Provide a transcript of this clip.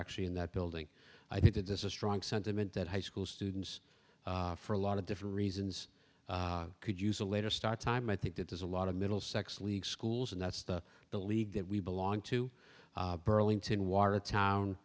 actually in that building i think that this is a strong sentiment that high school students for a lot of different reasons could use a later start time i think that there's a lot of middlesex league schools and that's the the league that we belong to burlington watertown